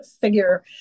figure